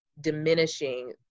diminishing